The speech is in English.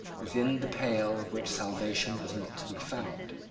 within the pale of which salvation was not to be found.